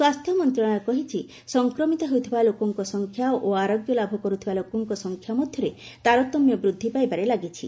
ସ୍ୱାସ୍ଥ୍ୟ ମନ୍ତ୍ରଣାଳୟ କହିଛି ସଂକ୍ରମିତ ହେଉଥିବା ଲୋକଙ୍କ ସଂଖ୍ୟା ଓ ଆରୋଗ୍ୟ ଲାଭ କର୍ତ୍ତିବା ଲୋକଙ୍କ ସଂଖ୍ୟା ମଧ୍ୟରେ ତାରତମ୍ୟ ବୃଦ୍ଧି ପାଇବାରେ ଲାଗିଛି